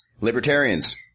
Libertarians